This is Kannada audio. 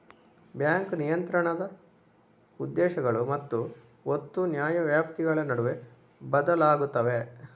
ಬ್ಯಾಂಕ್ ನಿಯಂತ್ರಣದ ಉದ್ದೇಶಗಳು ಮತ್ತು ಒತ್ತು ನ್ಯಾಯವ್ಯಾಪ್ತಿಗಳ ನಡುವೆ ಬದಲಾಗುತ್ತವೆ